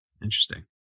Interesting